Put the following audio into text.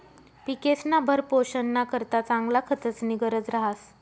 पिकेस्ना भरणपोषणना करता चांगला खतस्नी गरज रहास